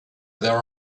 there